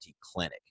clinic